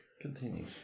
continue